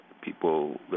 people